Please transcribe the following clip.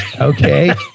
Okay